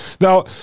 Now